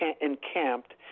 encamped